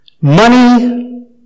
Money